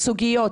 סליחה?